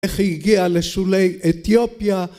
איך היא היגיעה לשולי אתיופיה